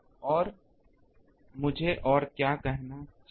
और मुझे और क्या कहना चाहिए